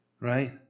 Right